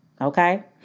Okay